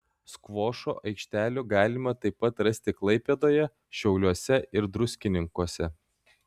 skvošo aikštelių galima taip pat rasti klaipėdoje šiauliuose ir druskininkuose